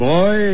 Boy